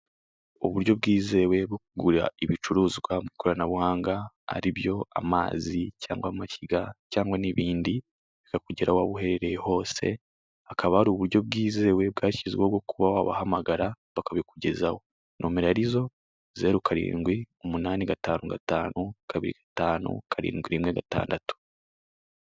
Uburyo bwizewe bwo kugura ibicuruzwa mu ikoranabuhanga, ari byo amazi, cyangwa amashinga cyangwa n'ibindi, bikakugeraho aho waba uherereye hose. Hakaba hari uburyo bwizewe bwashyizweho bwo kuba wabahamagara bakabikugezaho. Nimero ari zo zeru karindwi, umunani gatanu gatanu, kabiri gatanu, karindwi rimwe gatandatu.